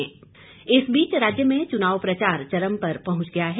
चुनाव प्रचार इस बीच राज्य में चुनाव प्रचार चरम पर पहुंच गया है